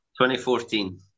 2014